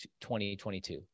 2022